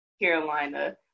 Carolina